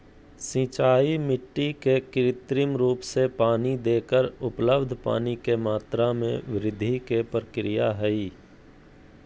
सिंचाई मिट्टी के कृत्रिम रूप से पानी देकर उपलब्ध पानी के मात्रा में वृद्धि के प्रक्रिया हई